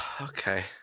okay